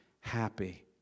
happy